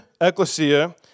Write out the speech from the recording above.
ecclesia